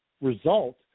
result